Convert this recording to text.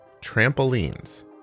trampolines